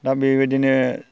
दा बेबायदिनो